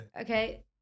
Okay